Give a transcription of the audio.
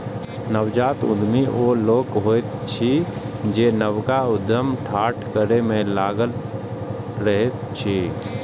नवजात उद्यमी ओ लोक होइत अछि जे नवका उद्यम ठाढ़ करै मे लागल रहैत अछि